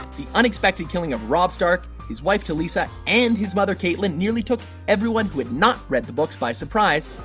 the unexpected killing of robb stark, his wife talisa and his mother catelyn nearly took everyone who've not read the books by surprise.